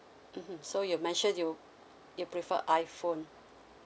mmhmm so you mentioned you you prefer iPhone